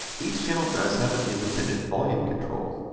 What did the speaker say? each channel does have an independent volume control.